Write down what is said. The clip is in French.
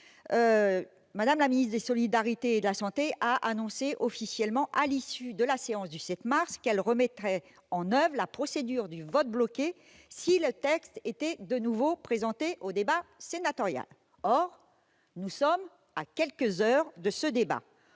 madame la ministre des solidarités et de la santé a annoncé officiellement, à l'issue de la séance du 7 mars dernier, qu'elle recourrait de nouveau à la procédure du vote bloqué si le texte était de nouveau présenté au débat sénatorial. À quelques heures de ce débat,